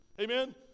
amen